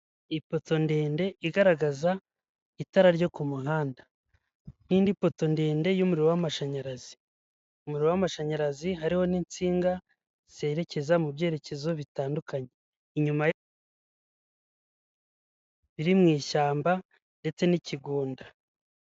Ipoto ndende igaragaza itara ryo ku muhanda, n'indi poto ndende y'umuriro w'amashanyarazi, umuriro w'amashanyarazi hariho n'insinga, zerekeza mu byerekezo bitandukanye, inyuma ya riri mu ishyamba ndetse n'ikigunda.